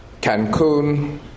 Cancun